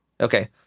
Okay